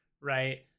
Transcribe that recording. right